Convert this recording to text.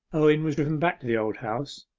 owen was driven back to the old house.